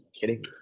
kidding